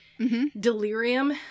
Delirium